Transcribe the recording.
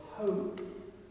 hope